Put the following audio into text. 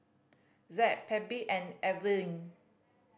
Zack Phebe and Elwin